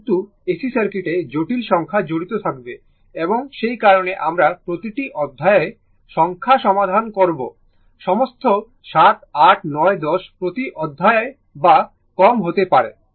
কিন্তু AC সার্কিটে জটিল সংখ্যা জড়িত থাকবে এবং সেই কারণে আমরা প্রতিটি অধ্যায়ে সংখ্যা সীমাবদ্ধ করব সম্ভবত 7 8 9 10 প্রতি অধ্যায় বা কম হতে পারে